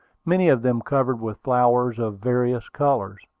many of them covered with flowers of various colors.